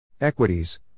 Equities